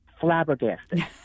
flabbergasted